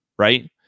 Right